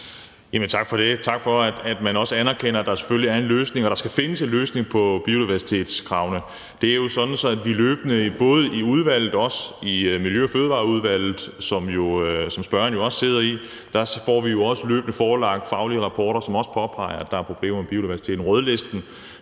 tak for det. Tak for, at man også anerkender, at der selvfølgelig er en løsning, og at der skal findes en løsning på biodiversitetskravene. Det er sådan, at vi løbende både i udvalget, i Miljø- og Fødevareudvalget, som spørgeren jo også sidder i, får forelagt faglige rapporter, som påpeger, at der er problemer med biodiversiteten. Rødlisten